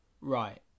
Right